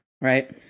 right